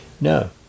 No